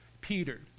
Peter